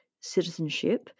citizenship